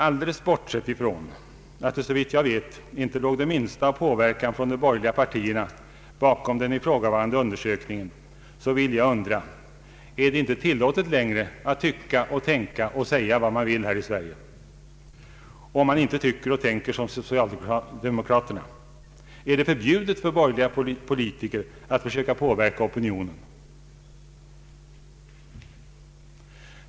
Alldeles bortsett från att det, såvitt jag vet, inte låg det minsta av påverkan från de borgerliga partierna bakom den ifrågavarande undersökningen, så vill jag undra: Är det inte tillåtet längre att tycka, tänka och säga vad man vill i Sverige — om man inte tycker och tänker som socialdemokraterna? är det förbjudet för borgerliga politiker att försöka påverka opinionen?